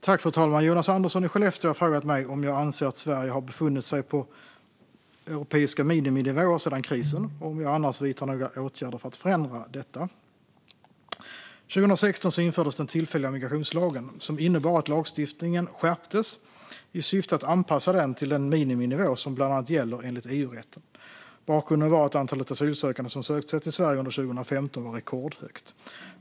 Fru ålderspresident! Jonas Andersson i Skellefteå har frågat mig om jag anser att Sverige har befunnit sig på europeiska miniminivåer sedan krisen och om jag annars vidtar några åtgärder för att förändra detta. År 2016 infördes den tillfälliga migrationslagen som innebar att lagstiftningen skärptes i syfte att anpassa den till den miniminivå som bland annat gäller enligt EU-rätten. Bakgrunden var att antalet asylsökande som sökte sig till Sverige under 2015 var rekordhögt.